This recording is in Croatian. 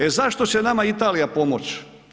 E zašto će nama Italija pomoć?